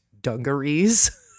dungarees